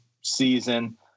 season